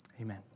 Amen